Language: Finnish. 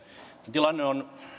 tilanne on